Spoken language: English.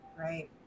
Right